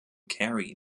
kerry